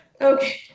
Okay